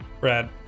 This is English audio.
Brad